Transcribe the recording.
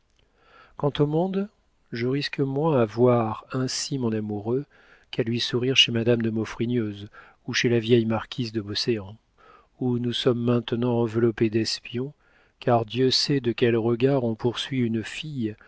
quant au monde je risque moins à voir ainsi mon amoureux qu'à lui sourire chez madame de maufrigneuse ou chez la vieille marquise de beauséant où nous sommes maintenant enveloppés d'espions car dieu sait de quels regards on poursuit une fille